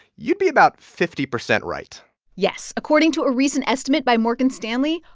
you'd be about fifty percent right yes. according to a recent estimate by morgan stanley,